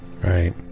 Right